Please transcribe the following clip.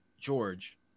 George